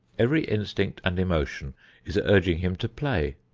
every instinct and emotion is urging him to play.